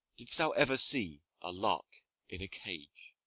didst thou ever see a lark in a cage?